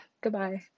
goodbye